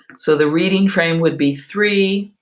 so the reading frame would be three,